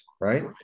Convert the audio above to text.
right